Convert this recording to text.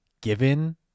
given